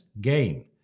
gain